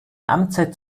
amtszeit